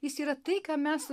jis yra tai ką mes